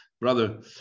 brother